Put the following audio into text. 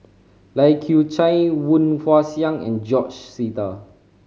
Lai Kew Chai Woon Wah Siang and George Sita